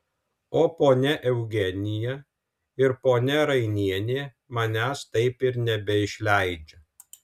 o ponia eugenija ir ponia rainienė manęs taip ir nebeišleidžia